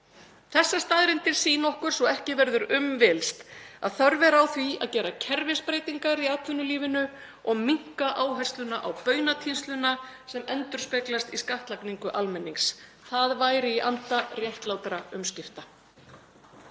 Þessar staðreyndir sýna okkur svo ekki verður um villst að þörf er á því að gera kerfisbreytingar í atvinnulífinu og minnka áhersluna á baunatínsluna sem endurspeglast í skattlagningu almennings. Það væri í anda réttlátra umskipta.